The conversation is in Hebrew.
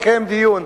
לקיים דיון,